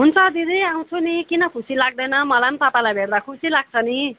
हुन्छ दिदी आउँछु नि किन खुसी लाग्दैन मलाई पनि तपाईँलाई भेट्दा खुसी लाग्छ नि